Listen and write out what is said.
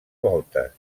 voltes